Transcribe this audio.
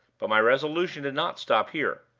but my resolution did not stop here.